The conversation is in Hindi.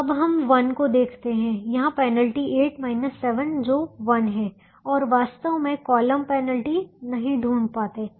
अब हम 1 को देखते हैं यहां पेनल्टी 8 7 जो 1 है और हम वास्तव में कॉलम पेनल्टी नहीं ढूंढ पाते हैं